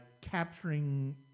capturing